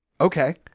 Okay